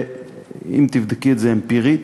אם תבדקי את זה אמפירית,